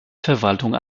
verwaltung